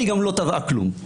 היא גם לא תבעה כלום.